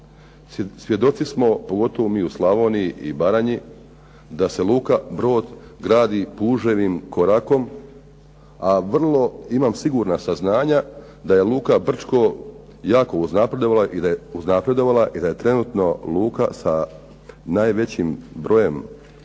Svjedoci smo, pogotovo mi u Slavoniji i Baranji da se luka "Brod" gradi puževim korakom, a vrlo imam sigurna saznanja da je luka "Brčko" jako uznapredovala i da je trenutno luka sa najvećim brojem bruto